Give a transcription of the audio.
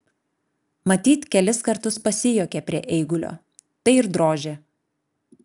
matyt kelis kartus pasijuokė prie eigulio tai ir drožė